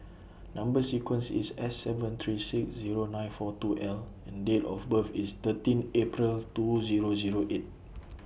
Number sequence IS S seven three six Zero nine four two L and Date of birth IS thirteen April's two Zero Zero eight